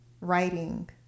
writing